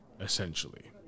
Essentially